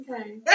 Okay